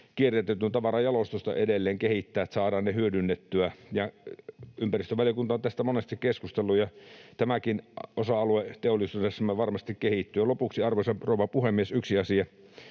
kierrätetyn tavaran jalostusta edelleen kehittää, jotta saadaan ne hyödynnettyä. Ympäristövaliokunta on tästä monesti keskustellut. Tämäkin osa-alue teollisuudessamme varmasti kehittyy. Lopuksi, arvoisa rouva puhemies, yksi asia.